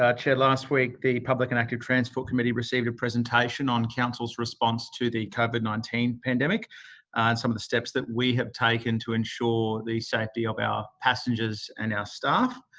chair, last week the public and active transport committee received a presentation on council's response to the covid nineteen pandemic and some of the steps that we have taken to ensure the safety of our passengers and our staff.